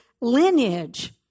lineage